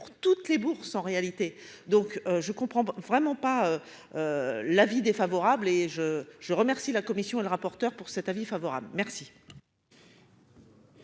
toutes les bourses, en réalité, donc je comprends vraiment pas l'avis défavorable et je je remercie la commission et le rapporteur pour cet avis favorable merci.